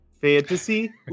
Fantasy